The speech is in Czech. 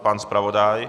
Pan zpravodaj?